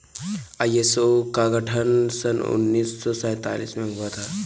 ISO का गठन सन उन्नीस सौ सैंतालीस में हुआ था